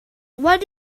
what